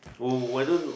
oh why don't